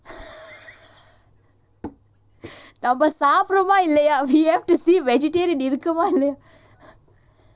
நம்ம சாப்புடுறமா இல்லயா:namma saapuduramaa illaya we want to see vegetarian இருக்குமா இல்லையா:irukkumaa illaiyaa